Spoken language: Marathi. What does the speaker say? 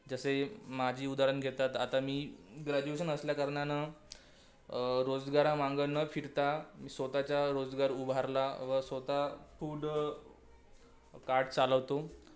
जसे माझी उदाहरण घेतात आता मी ग्रॅज्युएशन असल्याकारणानं रोजगारा मागं न फिरता मी स्वत च्या रोजगार उभारला व स्वत फूड कार्ट चालवतो